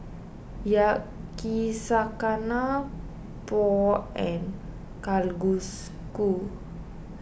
Yakizakana Pho and Kalguksu